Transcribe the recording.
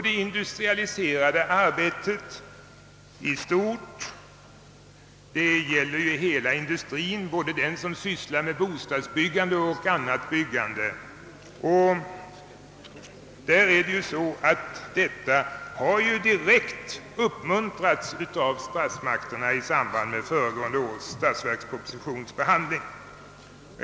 Det industrialiserade arbetet gäller hela industrien, både den som sysslar med bostadsbyggande och den som sysslar med annat byggande. Detta uppmuntrades av statsmakterna i samband med föregående års statsverkspropositions behandling.